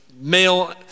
male